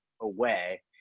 away